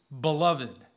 beloved